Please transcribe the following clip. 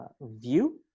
view